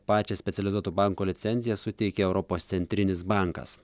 pačią specializuoto banko licenciją suteikė europos centrinis bankas